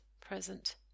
present